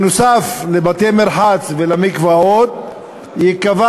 שנוסף על בתי-מרחץ ומקוואות ייקבע